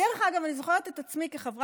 דרך אגב, אני זוכרת את עצמי כחברת